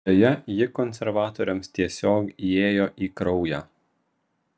deja ji konservatoriams tiesiog įėjo į kraują